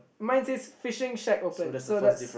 mine says fishing shack open so that's